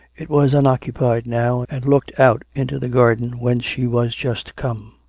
it was unoccupied now, and looked out into the garden whence she was just come.